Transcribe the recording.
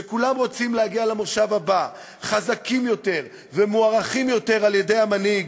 שכולם רוצים להגיע למושב הבא חזקים יותר ומוערכים יותר על-ידי המנהיג,